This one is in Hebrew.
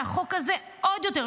והחוק הזה, עוד יותר.